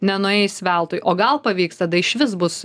nenueis veltui o gal pavyks tada išvis bus